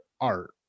art